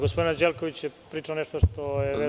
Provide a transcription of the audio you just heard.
Gospodin Anđelković je pričao nešto što je…